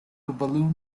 balloon